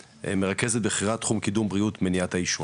מרכזת בכירה תחום קידום בריאות, מניעת העישון,